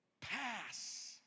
pass